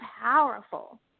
powerful